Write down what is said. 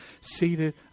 seated